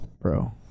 Bro